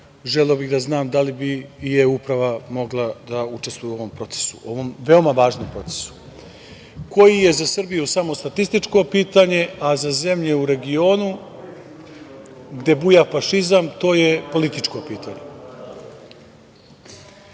želeo bih da znam da li bi e-Uprava mogla da učestvuje u ovom procesu, u ovom veoma važnom procesu koji je za Srbiju samo statističko pitanje, a za zemlje u regionu, gde buja fašizam, to je političko